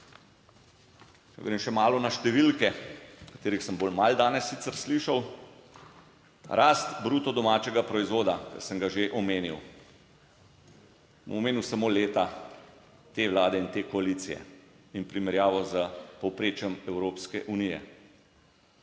še malo na številke, o katerih sem bolj malo danes sicer slišal. Rast bruto domačega proizvoda, sem ga že omenil, bom omenil samo leta te Vlade in te koalicije in primerjavo s povprečjem Evropske unije.